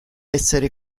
essere